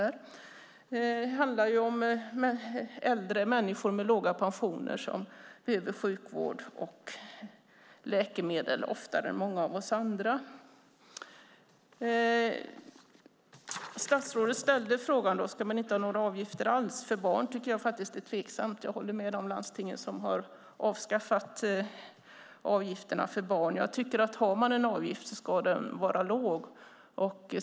Det handlar om äldre människor med låga pensioner som behöver sjukvård och läkemedel oftare än många av oss andra. Statsrådet frågade om man inte ska ha några avgifter alls. För barn tycker jag faktiskt att det är tveksamt med avgifter. Jag håller med de landsting som har avskaffat avgifterna för barn. Om man har en avgift tycker jag att den ska vara låg.